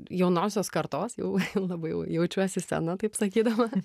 jaunosios kartos jau labai jau jaučiuosi sena taip sakydama